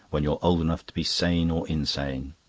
when you're old enough to be sane or insane.